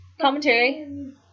commentary